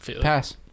Pass